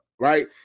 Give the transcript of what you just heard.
Right